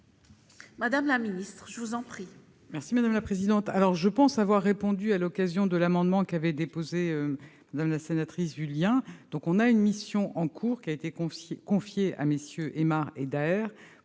Madame la ministre, je vous ai